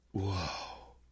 Whoa